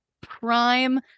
prime